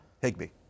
Higby